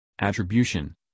Attribution